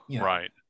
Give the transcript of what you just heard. Right